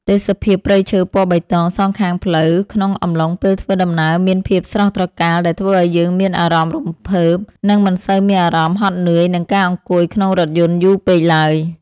ទេសភាពព្រៃឈើពណ៌បៃតងសងខាងផ្លូវក្នុងអំឡុងពេលធ្វើដំណើរមានភាពស្រស់ត្រកាលដែលធ្វើឱ្យយើងមានអារម្មណ៍រំភើប និង មិនសូវមានអារម្មណ៍ហត់នឿយនឹងការអង្គុយក្នុងរថយន្តយូរពេកឡើយ។